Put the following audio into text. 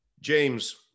James